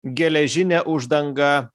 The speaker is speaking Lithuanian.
geležinė uždanga